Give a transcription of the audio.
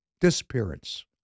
disappearance